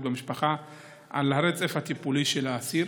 במשפחה על הרצף הטיפולי של האסיר.